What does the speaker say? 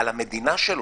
על המדינה שלו,